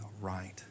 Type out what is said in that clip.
right